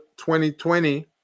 2020